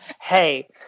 hey